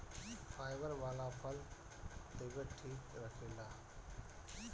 fibre वाला फल तबियत ठीक रखेला